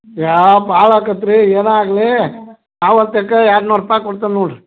ಏಯ್ ಭಾಳ ಆಗತ್ ರೀ ಏನೇ ಆಗಲಿ ಅವತ್ತೆಕ್ಕ ಎರಡು ನೂರು ರೂಪಾಯಿ ಕೊಡ್ತೇನೆ ನೋಡಿರಿ